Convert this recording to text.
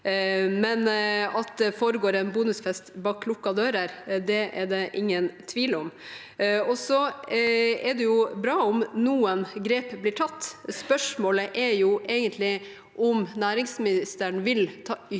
men at det foregår en bonusfest bak lukkede dører, er det ingen tvil om. Så er det bra om noen grep blir tatt. Spørsmålet er egentlig om næringsministeren vil ta ytterligere